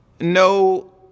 No